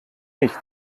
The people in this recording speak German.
nicht